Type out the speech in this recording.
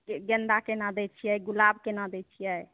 गेन्दा केना दै छियै गुलाब केना दै छियै